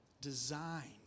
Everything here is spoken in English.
designed